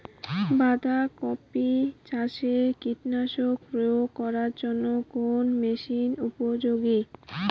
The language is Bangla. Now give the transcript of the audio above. বাঁধা কপি চাষে কীটনাশক প্রয়োগ করার জন্য কোন মেশিন উপযোগী?